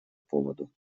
поводу